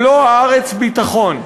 מלוא הארץ ביטחון.